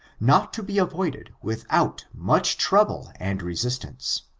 not to be avoided without much trouble and resistance.